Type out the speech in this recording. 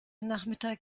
nachmittag